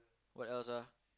what else ah